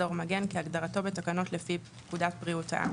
"אזור מגן" - כהגדרתו בתקנות לפי פקודת בריאות העם.